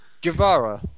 Guevara